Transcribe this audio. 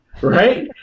right